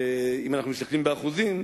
אם אנחנו מסתכלים באחוזים,